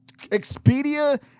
Expedia